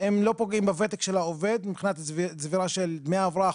הם לא פוגעים בוותק של העובד מבחינת צבירה של דמי הבראה,